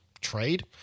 Trade